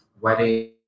wedding